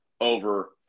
over